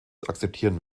akzeptieren